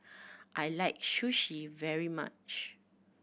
I like Sushi very much